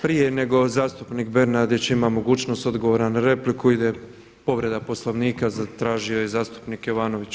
Prije nego zastupnik Bernardić ima mogućnost odgovora na repliku ide povreda Poslovnika, zatražio je zastupnik Jovanović.